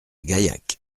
gaillac